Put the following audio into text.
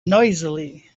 noisily